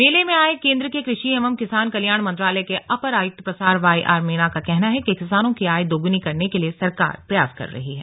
मेले में आये केंद्र के कृषि एवं किसान कल्याण मंत्रालय के अपर आयुक्त प्रसार वाई आर मीणा का कहना है कि किसानों की आय दोगुनी करने के लिए सरकार प्रयास कर रही है